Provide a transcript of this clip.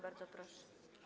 Bardzo proszę.